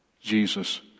jesus